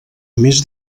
més